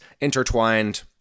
intertwined